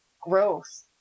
growth